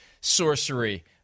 sorcery